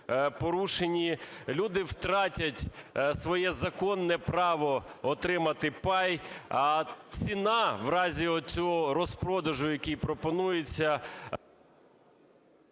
люди втратять своє законне право отримати пай. А ціна, в разі оцього розпродажу, який пропонується…